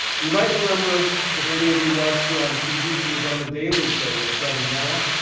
you might remember if any of you watched her on tv, she was on the daily show with trevor noah.